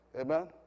Amen